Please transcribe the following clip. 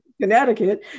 Connecticut